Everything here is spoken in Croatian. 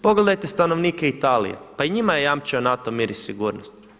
Pogledajte stanovnike Italije, pa i njima je jamčio NATO mir i sigurnost.